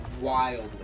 wildly